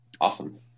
Awesome